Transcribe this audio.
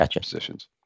positions